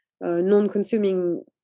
non-consuming